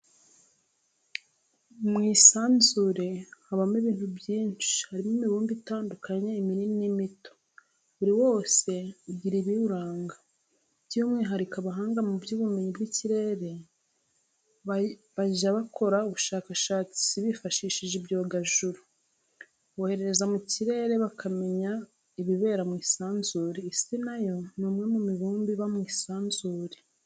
Mu isanzure habamo ibintu byinshi harimo imibumbe itandukanye iminini n'imito, buri wose ugira ibiwuranga, by'umwihariko abahanga mu by'ubumenyi bw'ikirere bajya abakora ubushakashatsi bifashishije ibyogajuru, bohereza mu kirere bakamenya ibibera mu isanzure, isi na yo ni umwe mu mibumbe iba mu isanzure.